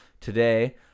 Today